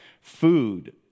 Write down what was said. food